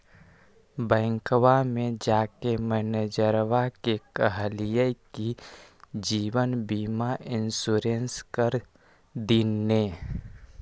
बैंकवा मे जाके मैनेजरवा के कहलिऐ कि जिवनबिमा इंश्योरेंस कर दिन ने?